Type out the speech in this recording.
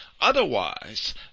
Otherwise